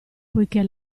poichè